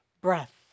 breath